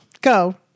Go